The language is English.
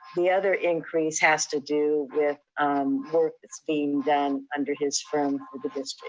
the other increase has to do with work that's being done under his firm for the district.